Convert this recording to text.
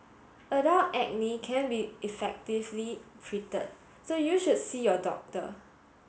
adult acne can be effectively treated so you should see your doctor